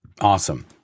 Awesome